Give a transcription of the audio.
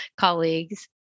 colleagues